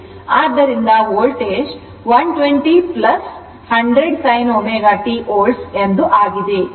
ಆದ್ದರಿಂದ voltage 120 100 sin ω t volt ಆಗಿದೆ